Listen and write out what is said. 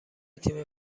تیم